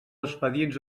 expedients